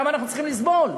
למה אנחנו צריכים לסבול?